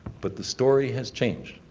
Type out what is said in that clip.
but the story has change.